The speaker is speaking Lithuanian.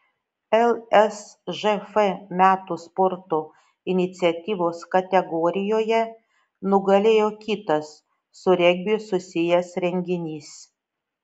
lsžf metų sporto iniciatyvos kategorijoje nugalėjo kitas su regbiu susijęs renginys